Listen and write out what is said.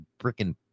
freaking